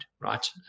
right